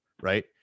right